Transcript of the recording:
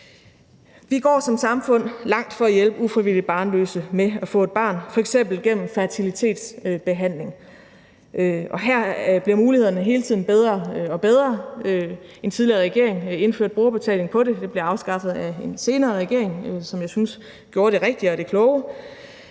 Vi går som samfund langt for at hjælpe ufrivilligt barnløse med at få et barn, f.eks. gennem fertilitetsbehandling. Her bliver mulighederne hele tiden bedre og bedre. En tidligere regering indførte brugerbetaling for fertilitetsbehandling, men den blev afskaffet af en senere regering, som jeg synes gjorde det rigtige og kloge.